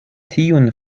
tiun